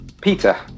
Peter